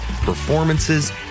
performances